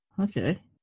okay